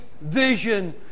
vision